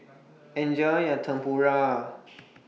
Enjoy your Tempura